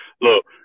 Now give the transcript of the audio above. look